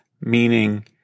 meaning